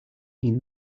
mean